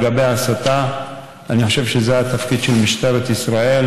לגבי ההסתה, אני חושב שזה התפקיד של משטרת ישראל,